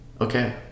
okay